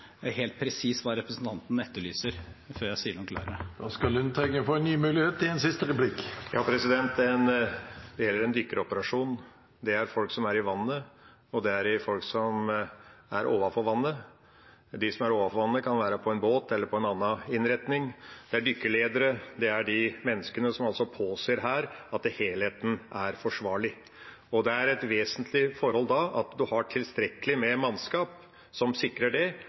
helt presist hva representanten etterlyser, før jeg sier noe klarere. Da skal Lundteigen få en ny mulighet i en siste replikk. Det gjelder en dykkeoperasjon. Det er folk som er i vannet, og det er folk som er over vannet. De som er over vannet, kan være i en båt eller i en annen innretning. Det er dykkeledere, det er de menneskene som påser at helheten er forsvarlig. Da er det et vesentlig forhold at en har tilstrekkelig med mannskap som sikrer det,